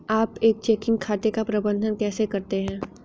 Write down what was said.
आप एक चेकिंग खाते का प्रबंधन कैसे करते हैं?